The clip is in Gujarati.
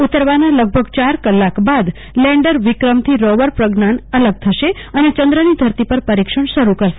ઉતરવાના લગભગ ચાર કલા ક બાદ લેન્ડર વિક્રમથી રોવર પ્રજ્ઞાન અલગ થશે અને ચંદ્રની ધરતી પર પરીક્ષણ શરૂ કરશે